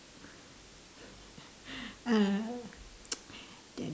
uh